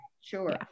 Sure